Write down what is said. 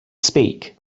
speak